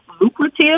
lucrative